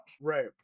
Right